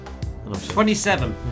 27